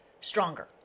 stronger